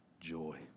Joy